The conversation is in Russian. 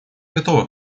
готова